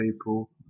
people